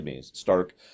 Stark